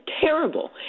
terrible